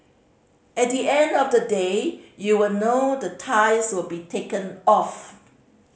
at the end of the day you would know the ties will be taken off